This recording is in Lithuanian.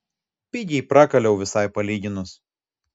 pigiai prakaliau visai palyginus